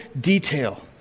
detail